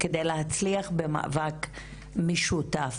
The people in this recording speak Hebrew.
כדי להצליח במאבק משותף,